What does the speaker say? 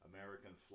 American